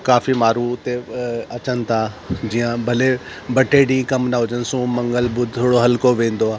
काफ़ी माण्हू उते अचनि था जीअं भले ॿ टे ॾींहुं कमु न हुजनि सोम मंगल ॿुध थोरो हल्को वेंदो आहे